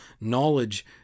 knowledge